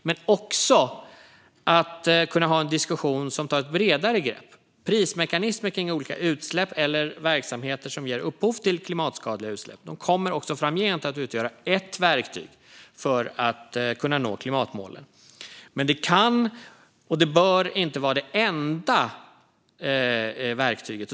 Men det är också viktigt att kunna ha en diskussion som tar ett bredare grepp. Prismekanismer kring olika utsläpp eller verksamheter som ger upphov till klimatskadliga utsläpp kommer också framgent att utgöra ett verktyg för att kunna nå klimatmålen. Men det kan inte, och det bör inte, vara det enda verktyget.